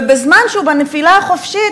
ובזמן שהוא בנפילה החופשית,